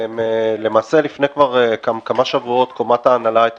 למעשה לפני כמה שבועות קומת ההנהלה הייתה